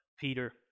Peter